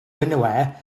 dinnerware